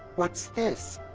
what's this?